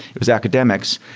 it was academics.